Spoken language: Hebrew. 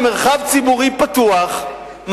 במרחב ציבורי פתוח,